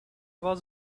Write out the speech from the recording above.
was